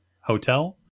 hotel